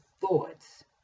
thoughts